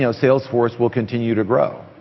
you know salesforce will continue to grow.